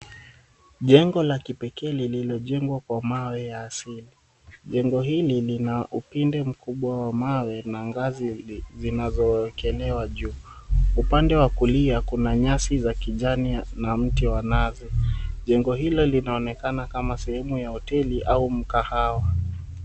Jengo la kipekee lililojengwa kwa mawe ya asili. Jengo hili lina upinde mkubwa wa mawe na ngazi zinazowekelewa juu. Upande wa kulia kuna nyasi za kijani na mti wa nazi. Jengo hilo linaonekana kama sehemu ya hoteli au mkahawa.